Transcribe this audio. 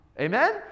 Amen